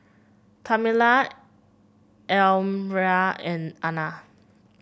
Tamela Elmyra and Ana